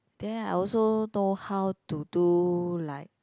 then I also know how to do like